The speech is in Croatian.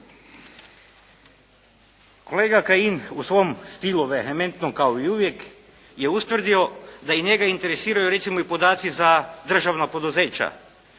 Kolega Kajin, u svom stilu vehementnom kao i uvijek je ustvrdio da i njega interesiraju recimo i podaci za državna poduzeća,